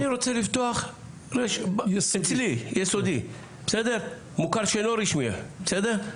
אני רוצה לפתוח רשת יסודי, מוכר שאינו רשמי, בסדר?